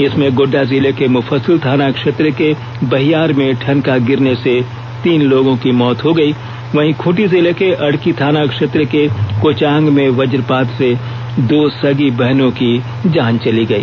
इसमें गोड्डा डिले के मुफ्फसिल थाना क्षेत्र के बहियार में ठनका गिरने से तीन लोगों की मौत हो गई वहीं खूंटी जिले के अड़की थाना क्षेत्र के कोचांग में वजपात से दो सगी बहनों की जान चली गई